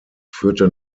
führte